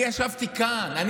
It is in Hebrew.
אני ישבתי כאן.